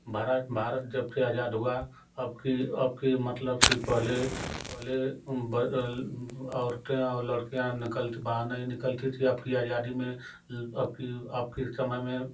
भरत भारत जब से आज़ाद हुआ अब कि अब की मतलब आज से पहले पहले वर औरतें और लड़कियाँ नकल के बाहर नहीं निकलती थी अब की आज़ादी में अब की आपके समय में